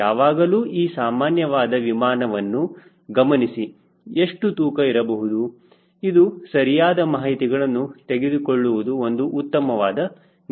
ಯಾವಾಗಲೂ ಈ ಸಾಮಾನ್ಯವಾದ ವಿಮಾನವನ್ನು ಗಮನಿಸಿ ಎಷ್ಟು ತೂಕ ಇರಬಹುದು ಎಂದು ಸರಿಯಾದ ಮಾಹಿತಿಗಳನ್ನು ತೆಗೆದುಕೊಳ್ಳುವುದು ಒಂದು ಉತ್ತಮವಾದ ನಿರ್ಣಯ